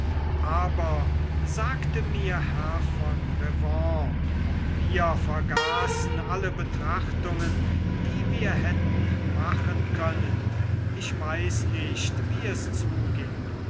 aber sagte mir herr von revanne auch wir vergaßen alle betrachtungen die wir hätten machen können ich weiß nicht wie es zuging